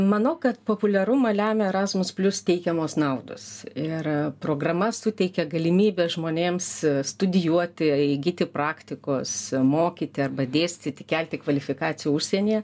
manau kad populiarumą lemia erasmus plius teikiamos naudos ir programa suteikia galimybę žmonėms studijuoti įgyti praktikos mokyti arba dėstyti kelti kvalifikaciją užsienyje